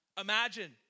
Imagine